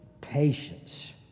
patience